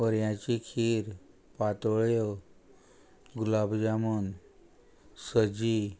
पर्याची खीर पातोळ्यो गुलाब जामून सजी